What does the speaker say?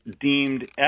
deemed